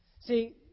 See